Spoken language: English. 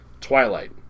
Twilight